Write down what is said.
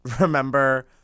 remember